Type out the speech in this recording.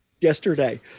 yesterday